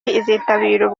izitabira